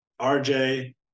RJ